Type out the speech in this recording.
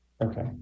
okay